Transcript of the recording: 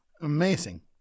Amazing